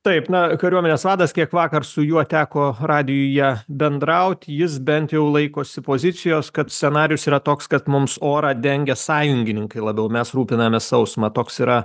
taip na kariuomenės vadas kiek vakar su juo teko radijuje bendraut jis bent jau laikosi pozicijos kad scenarijus yra toks kad mums orą dengia sąjungininkai labiau mes rūpinamės sausuma toks yra